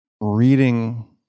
reading